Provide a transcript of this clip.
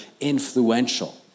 influential